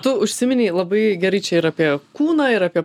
tu užsiminei labai gerai čia ir apie kūną ir apie